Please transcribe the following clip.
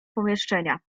pomieszczenia